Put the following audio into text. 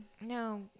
No